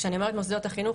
כשאני אומרת מוסדות החינוך,